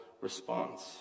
response